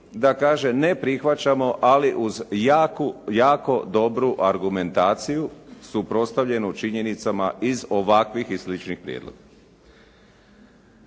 da kaže ne prihvaćamo, ali uz jako dobru argumentaciju suprotstavljenu činjenicama iz ovakvih i sličnih prijedloga.